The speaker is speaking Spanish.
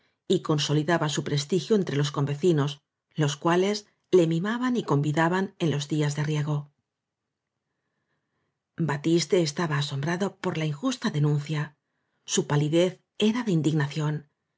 y consolidaba su prestigio entre los convecinos los cuales le mimaban y convidaban en los días de riego batiste estaba asombrado por la injusta denuncia su palidez era de indignación